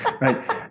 Right